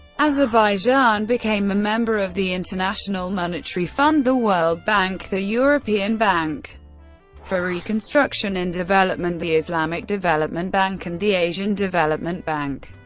azerbaijan became a member of the international monetary fund, the world bank, the european bank for reconstruction and development, the islamic development bank and the asian development bank.